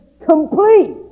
complete